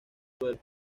suelo